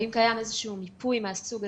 האם קיים איזשהו מיפוי מהסוג הזה?